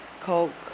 coke